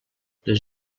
les